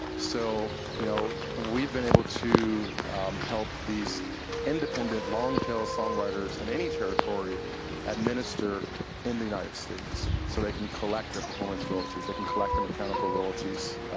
so, you know, we've been able to help these independent, long-tail songwriters in any territory administer in the united states, so they can collect their performance royalties. they can collect their mechanical royalties,